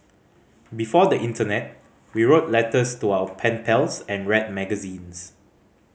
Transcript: before the internet we wrote letters to our pen pals and read magazines